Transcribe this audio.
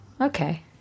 okay